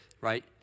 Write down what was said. right